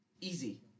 Easy